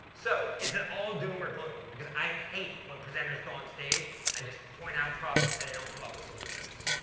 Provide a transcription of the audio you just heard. so is it all doom or gloom? because i hate when presenters go on stage and just point out problems and then don't come up with solutions.